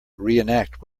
reenact